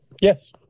Yes